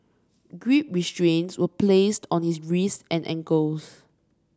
grip restraints were placed on his wrists and ankles